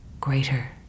greater